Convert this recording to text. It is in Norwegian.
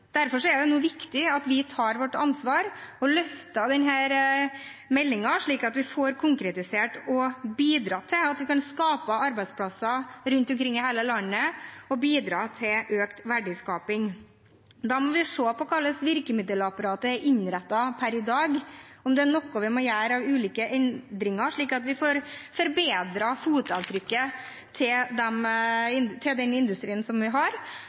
Derfor er det nå viktig at vi tar vårt ansvar og løfter denne meldingen, slik at vi får det konkretisert og kan bidra til å skape arbeidsplasser rundt omkring i hele landet og bidra til økt verdiskaping. Da må vi se på hvordan virkemiddelapparatet er innrettet per i dag, og om det må gjøres ulike endringer, slik at vi får forbedret fotavtrykket til den industrien vi har,